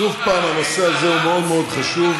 שוב, הנושא הזה הוא מאוד מאוד חשוב.